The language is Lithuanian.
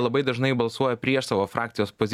labai dažnai balsuoja prieš savo frakcijos